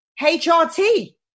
HRT